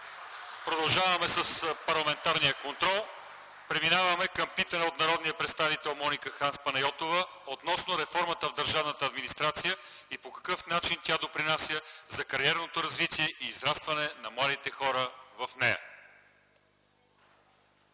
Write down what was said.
Продължаваме с парламентарния контрол. Преминаваме към питане от народния представител Моника Ханс Панайотова относно реформата в държавната администрация и по какъв начин тя допринася за кариерното развитие и израстване на младите хора в нея.